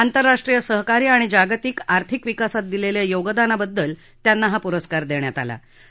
आंतरराष्ट्रीय सहकार्य आणि जागतिक आर्थिक विकासात दिलेल्या योगदानाबद्दल त्यांना हा पुरस्कार मिळाला आहे